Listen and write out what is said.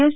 S